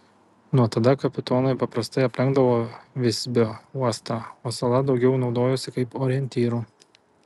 nuo tada kapitonai paprastai aplenkdavo visbio uostą o sala daugiau naudojosi kaip orientyru